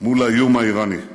מול האיום האיראני.